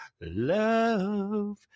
love